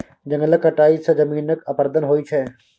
जंगलक कटाई सँ जमीनक अपरदन होइ छै